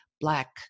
black